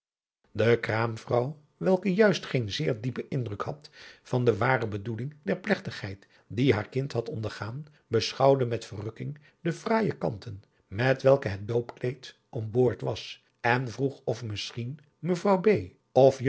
de kraamvrouw welke juist geen zeer diepen indruk had van de ware bedoeling der plegtigheid die haar kind had ondergaan beschouwde met verrukking de fraaije kanten met welke het doopkleed omboord was en vroeg of misschien mevrouw b of